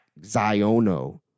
Ziono